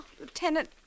Lieutenant